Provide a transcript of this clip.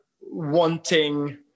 wanting